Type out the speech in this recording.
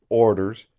orders,